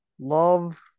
Love